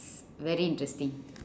very interesting